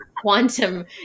quantum